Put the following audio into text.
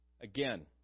Again